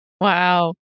Wow